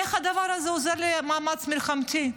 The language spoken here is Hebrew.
איך הדבר הזה עוזר למאמץ המלחמתי?